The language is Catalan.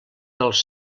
dels